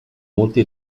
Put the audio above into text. molti